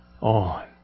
on